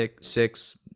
six